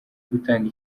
gutanga